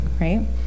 right